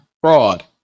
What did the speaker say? fraud